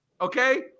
Okay